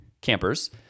campers